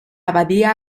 abadía